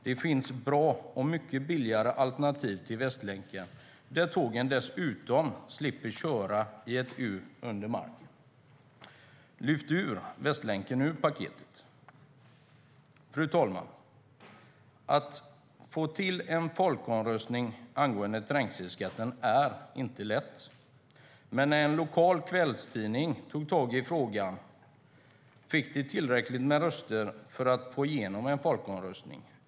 Det finns bra och mycket billigare alternativ till Västlänken, där tågen dessutom slipper köra i ett U under marken. Lyft ut Västlänken ur paketet! Fru talman! Att få till en folkomröstning angående trängselskatten är inte lätt. Men en lokal kvällstidning tog tag i frågan och fick tillräckligt med röster för att få igenom en folkomröstning.